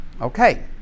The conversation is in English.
okay